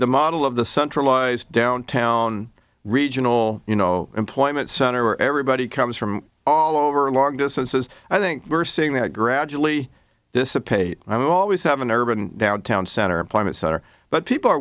the model of the centralized downtown regional you know employment center where everybody comes from all over long distances i think we're seeing that gradually dissipate i always have an urban downtown center employment center but people are